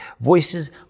voices